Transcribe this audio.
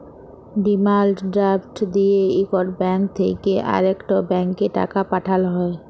demand draft দিঁয়ে ইকট bank থ্যাইকে আরেকট ব্যাংকে টাকা পাঠাল হ্যয়